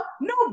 No